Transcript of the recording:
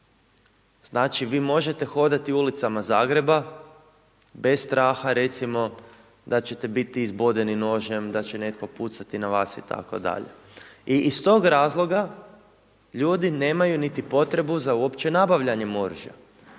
Znači vi možete hodati ulicama Zagreba bez straha recimo da ćete biti izbodeni nožem, da će netko pucati na vas itd. i iz tog razloga ljudi nemaju niti potrebu za uopće nabavljanjem oružja.